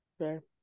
Okay